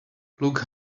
look